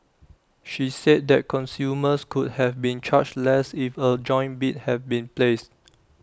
she said that consumers could have been charged less if A joint bid had been placed